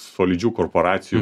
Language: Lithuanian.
solidžių korporacijų